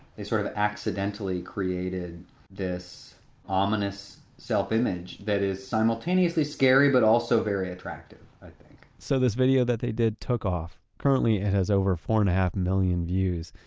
they sort of accidentally created this ominous self-image that is simultaneously scary but also very attractive, i think so this video that they did took off. currently, it has over four and a half million views.